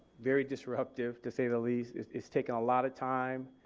very disruptive to say the least. it's taken a lot of time,